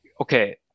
okay